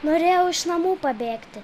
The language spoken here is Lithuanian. norėjau iš namų pabėgti